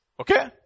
Okay